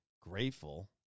grateful